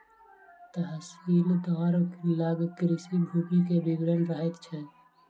तहसीलदार लग कृषि भूमि के विवरण रहैत छै